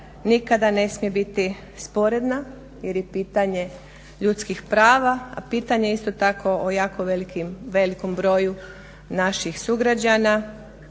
nikada ne smije biti sporedna jer je pitanje ljudskih prava, a pitanje isto tako o jako velikom broju naših sugrađana.